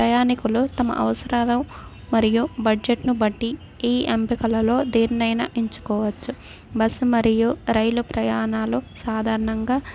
ప్రయాణికులు తమ అవసరాల మరియు బడ్జెట్ను బట్టి ఈ ఎంపికలలో దేన్నైనా ఎంచుకోవచ్చు బస్సు మరియు రైలు ప్రయాణాలు సాధారణంగా